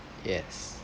yes